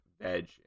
veg